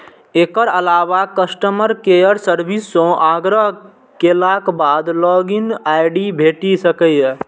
एकर अलावा customer care service सं आग्रह केलाक बाद लॉग इन आई.डी भेटि सकैए